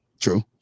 True